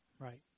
Right